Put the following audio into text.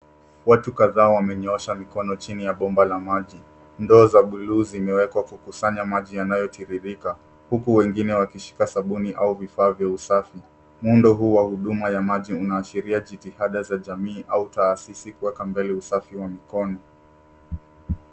Watu kadhaa wamenyoosha mikoni chini ya bomba la maji. Ndoo za bluu zimewekwa kukusanya maji yanayotiririka huku wengine wakishika sabuni au vifaa vya usafi. Muundo huu wa huduma ya maji unaashiria jitihada za jamii au taasisi kuweka mbele usafi wa mikono.